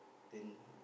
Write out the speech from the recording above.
then